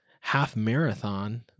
half-marathon